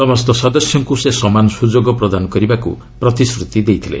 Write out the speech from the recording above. ସମସ୍ତ ସଦସ୍ୟଙ୍କୁ ସେ ସମାନ ସୁଯୋଗ ପ୍ରଦାନ କରିବାକୁ ପ୍ରତିଶ୍ରତି ଦେଇଥିଲେ